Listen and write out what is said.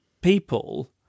people